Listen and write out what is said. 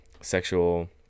sexual